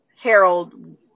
Harold